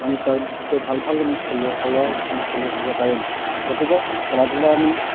আমি তাতকৈ ভাল ভাল আমি খেলুৱৈসকলৰ আমি খেলুৱৈ হ'বগৈ পাৰিম গতিকে খেলা ধূলা আমি